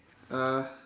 uh